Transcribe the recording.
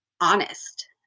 honest